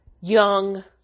young